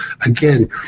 Again